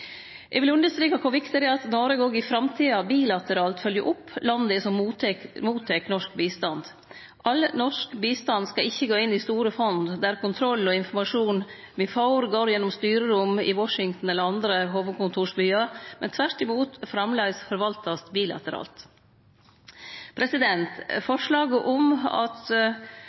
Eg vil understreke kor viktig det er at Noreg òg i framtida bilateralt følgjer opp landa som mottek norsk bistand. All norsk bistand skal ikkje gå inn i store fond der kontrollen og informasjonen me får, går gjennom styrerom i Washington eller andre hovudkontorbyar, men tvert imot framleis forvaltast bilateralt. Forslaget om